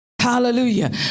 Hallelujah